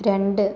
രണ്ട്